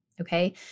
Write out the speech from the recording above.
okay